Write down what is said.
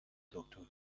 دکتر